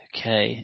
Okay